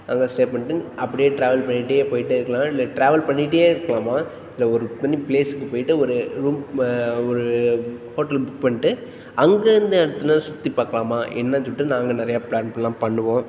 அங்கே ஸ்டே பண்ட்டுன்னு அப்படியே ட்ராவல் பண்ணிட்டே போய்ட்டே இருக்கலாம் இல்லை ட்ராவல் பண்ணிட்டே இருக்கலாமா இல்லை ஒரு தனி ப்ளேஸுக்குப் போய்ட்டு ஒரு ரூம் ஒரு ஹோட்டல் புக் பண்ணிட்டு அங்கேருந்து இடத்துல சுற்றிப் பார்க்கலாமா என்னென்னு சொல்லிட்டு நாங்கள் நிறைய ப்ளான் எல்லாம் பண்ணுவோம்